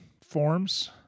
forms